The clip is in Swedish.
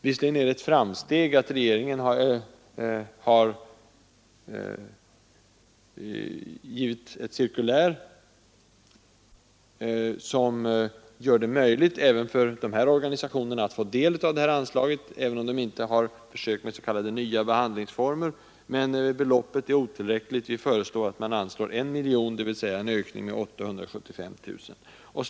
Visserli gen är det ett framsteg att regeringen har givit ut ett cirkulär som gör det möjligt för de här organisationerna att få del av anslaget, även om de inte arbetar med s.k. nya behandlingsformer, men beloppet är för litet. Vi föreslår att man anslår 1 miljon, dvs. en ökning med 875 000 kronor.